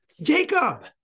Jacob